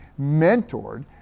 mentored